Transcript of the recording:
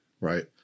right